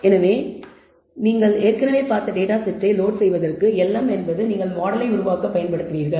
எனவே நீங்கள் ஏற்கனவே பார்த்த டேட்டா செட்டை லோட் செய்வதற்கு lm என்பது நீங்கள் மாடலை உருவாக்கப் பயன்படுத்துவீர்கள்